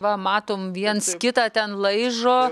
va matom viens kitą ten laižo